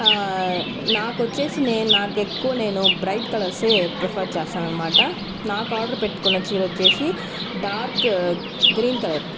నాకు వచ్చేసి నేను నాకు ఎక్కువ నేను బ్రైట్ కలర్సే ప్రిఫర్ చేస్తాననమాట నాకు ఆర్డర్ పెట్టుకున్న చీర వచ్చేసి డార్క్ గ్రీన్ కలర్